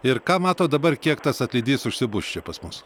ir ką matot dabar kiek tas atlydys užsibus čia pas mus